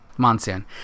monsoon